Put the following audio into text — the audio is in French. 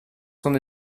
son